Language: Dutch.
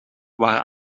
waren